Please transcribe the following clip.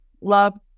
love